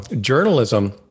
journalism